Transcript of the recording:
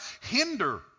hinder